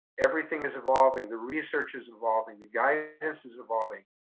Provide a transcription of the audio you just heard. everything is evolving. the research is evolving, the guidance is evolving,